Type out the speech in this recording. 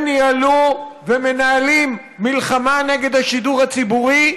הם ניהלו ומנהלים מלחמה נגד השידור הציבורי,